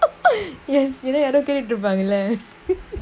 yes ஏனா யாரு கேட்டுட்டு இருப்பாங்க:yenaa yaaru ketutu irupaanga lah